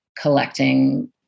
collecting